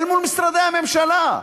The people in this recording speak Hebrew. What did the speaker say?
אל מול משרדי הממשלה.